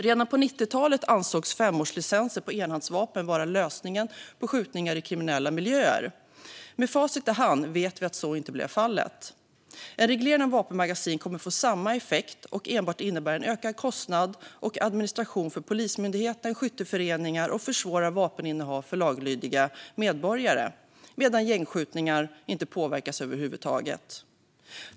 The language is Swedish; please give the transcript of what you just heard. Redan på 90-talet ansågs femårslicenser för enhandsvapen vara lösningen på problemet med skjutningar i kriminella miljöer. Med facit i hand vet vi att så inte blev fallet. En reglering av vapenmagasin kommer att få samma effekt och enbart innebära en ökad kostnad och administration för Polismyndigheten och skytteföreningar samt försvåra vapeninnehav för laglydiga medborgare, medan gängskjutningarna inte påverkas över huvud taget.